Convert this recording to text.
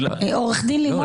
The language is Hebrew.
לא,